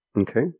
Okay